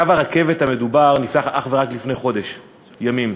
קו הרכבת המדובר נפתח אך ורק לפני חודש ימים,